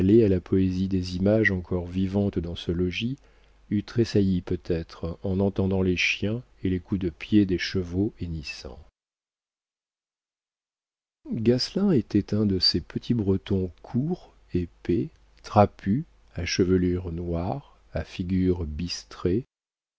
à la poésie des images encore vivantes dans ce logis eût tressailli peut-être en entendant les chiens et les coups de pied des chevaux hennissants gasselin était un de ces petits bretons courts épais trapus à chevelure noire à figure bistrée